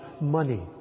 money